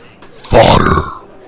Fodder